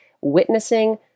witnessing